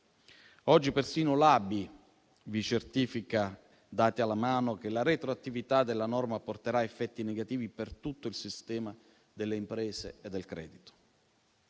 Oggi persino l'ABI vi certifica, dati alla mano, che la retroattività della norma porterà effetti negativi per tutto il sistema delle imprese e del credito.